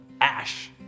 ash